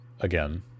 again